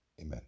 Amen